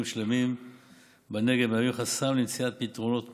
שלמים בנגב מהווים חסם למציאת פתרונות מוסכמים,